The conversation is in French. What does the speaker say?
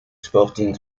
sporting